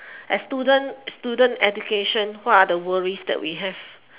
as student student education what are the worries that we have